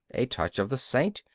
a touch of the saint,